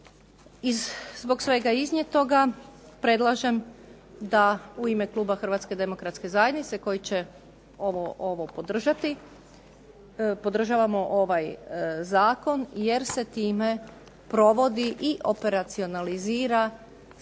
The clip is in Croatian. zbog svega iznijetoga predlažem da u ime kluba Hrvatske demokratske zajednice koji će ovo podržati, podržavamo ovaj zakon, jer se time provodi i operacionalizira načelno